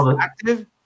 active